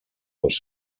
dos